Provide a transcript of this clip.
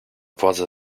władzę